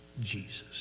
Jesus